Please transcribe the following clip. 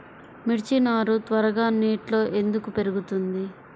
మిర్చి నారు త్వరగా నెట్లో ఎందుకు పెరుగుతుంది?